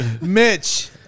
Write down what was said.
Mitch